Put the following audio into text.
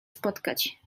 spotkać